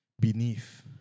beneath